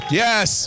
yes